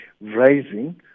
rising